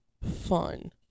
Fun